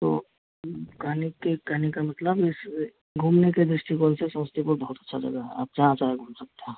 तो कहने के कहने का मतलब इस घूमने के दृष्टिकोण से समस्तीपुर बहुत अच्छी जगह है आप जहाँ चाहे घूम सकते हैं